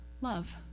Love